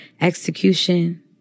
execution